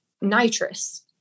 nitrous